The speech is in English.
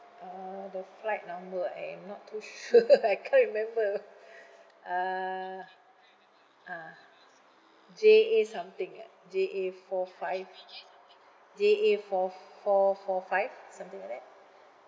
uh the flight number I'm not too sure I can't remember uh ah J A something ah J A four five J A four f~ four four five something like that